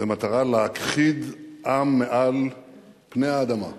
במטרה להכחיד עם מעל פני האדמה.